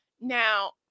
now